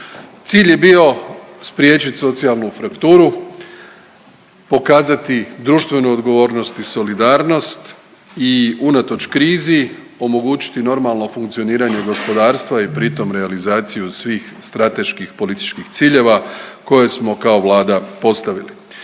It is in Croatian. Cilj je bio spriječiti socijalnu frakturu, pokazati društvenu odgovornost i solidarnost i unatoč krizi omogućiti normalno funkcioniranje gospodarstva i pritom realizaciju svih strateških političkih ciljeva koje smo kao Vlada postavili.